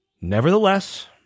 Nevertheless